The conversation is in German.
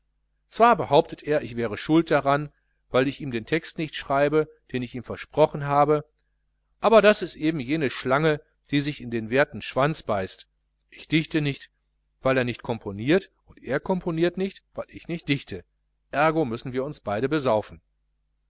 zwar behauptet er ich wäre schuld daran weil ich ihm den text nicht schreibe den ich ihm versprochen habe aber das ist eben jene schlange die sich in den werten schwanz beißt ich dichte nicht weil er nicht komponiert und er komponiert nicht weil ich nicht dichte ergo müssen wir beide saufen